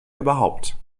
überhaupt